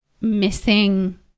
missing